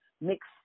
mix